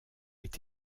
est